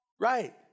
Right